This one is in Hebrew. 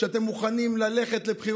שהם 100% יהודים,